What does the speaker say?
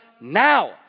now